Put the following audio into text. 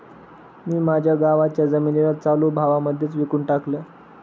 मी माझ्या गावाच्या जमिनीला चालू भावा मध्येच विकून टाकलं